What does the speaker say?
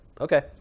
Okay